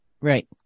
Right